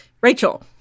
Rachel